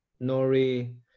nori